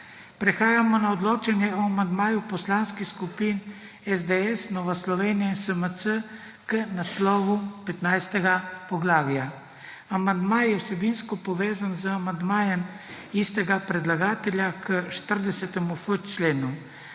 Prehajamo na odločanje o amandmaju poslanskih skupin SDS, Nova Slovenija in SMC k naslovu 15. poglavja. Amandma je vsebinsko povezan z amandmajem istega predlagatelja k 40.f členu.